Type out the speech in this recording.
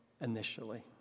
initially